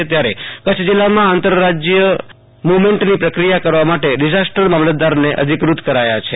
અત્યારે કચ્છ જિલ્લામાં આંતરરાજય મુવમેન્ટનો પ્રક્રિયા કરવા માટે ડિઝાસ્ટર મામલતદારને અધિક્રત કરાયા છે